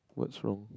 what's wrong